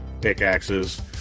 pickaxes